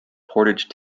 portage